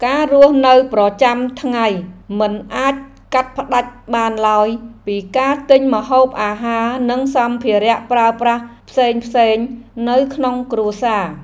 ការរស់នៅប្រចាំថ្ងៃមិនអាចកាត់ផ្តាច់បានឡើយពីការទិញម្ហូបអាហារនិងសម្ភារៈប្រើប្រាស់ផ្សេងៗនៅក្នុងគ្រួសារ។